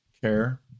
care